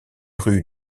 rues